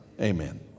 amen